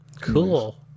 Cool